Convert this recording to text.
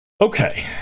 Okay